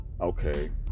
okay